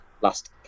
Last